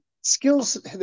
skills